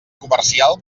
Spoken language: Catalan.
comercial